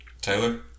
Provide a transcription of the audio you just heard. Taylor